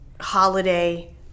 holiday